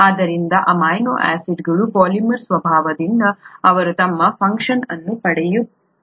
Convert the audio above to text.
ಆದ್ದರಿಂದ ಅಮೈನೋ ಆಸಿಡ್ಗಳ ಪಾಲಿಮರ್ ಸ್ವಭಾವದಿಂದ ಅವರು ತಮ್ಮ ಫಂಕ್ಷನ್ ಅನ್ನು ಪಡೆಯುತ್ತಾರೆ